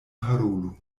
parolu